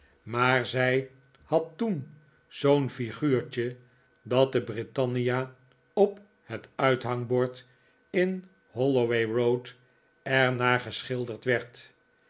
maar zij had toen zoo'n figuurtje dat de britannia op het uithangbord in holloway road er naar geschilderd werd